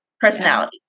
personality